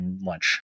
lunch